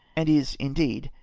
and is, indeed,